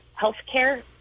healthcare